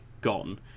gone